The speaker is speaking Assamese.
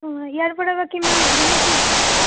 অঁ ইয়াৰ পৰা বা কিমান মানে কি